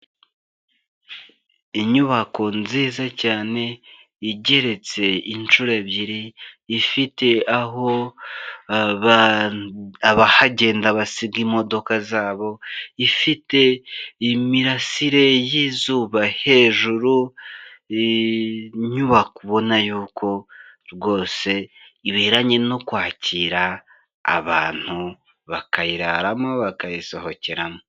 Inyubako nziza cyane igeretse inshuro ebyiri, ifite aho abahagenda basiga imodoka zabo, ifite imirasire y'izuba hejuru, nyubakobona yuko rwose ibiranye no kwakira abantu, bakayiraramo bakayisohokeramo.